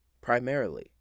primarily